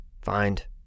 find